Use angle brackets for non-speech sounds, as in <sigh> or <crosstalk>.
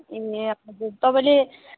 ए <unintelligible> तपाईँले